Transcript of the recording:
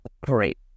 great